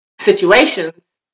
situations